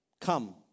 come